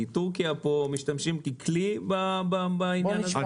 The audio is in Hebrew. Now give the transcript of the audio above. בטורקיה פה משתמשים ככלי בעניין הזה?